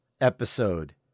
episode